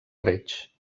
reig